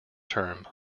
term